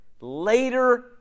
later